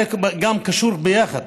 הרי זה קשור ביחד,